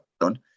done